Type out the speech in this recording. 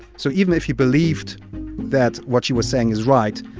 so even if he believed that what she was saying is right,